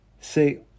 Say